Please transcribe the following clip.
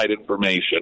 information